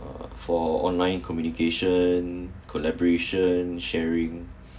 uh for online communication collaboration sharing